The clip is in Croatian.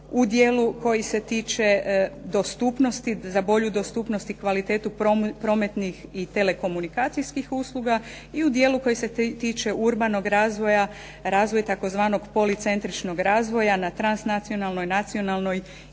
U dijelu koji se tiče dostupnosti, za bolju dostupnost i kvalitetu prometnih i telekomunikacijskih usluga i u dijelu koji se tiče urbanog razvoja, razvoj, tzv. policentričnog razvoja, na transnacionalnoj i regionalnoj